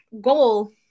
goal